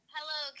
Hello